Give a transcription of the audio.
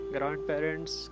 Grandparents